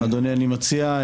אדוני אני מציע,